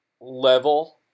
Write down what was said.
level